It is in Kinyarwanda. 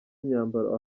imyambaro